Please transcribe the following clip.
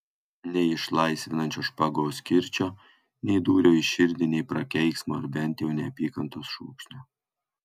nei išlaisvinančio špagos kirčio nei dūrio į širdį nei prakeiksmo ar bent jau neapykantos šūksnio